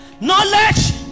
Knowledge